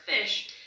fish